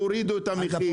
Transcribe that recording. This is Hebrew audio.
תורידו את המחיר.